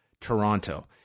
Toronto